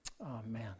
Amen